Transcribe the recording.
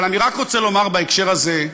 אבל אני רק רוצה לומר בהקשר הזה,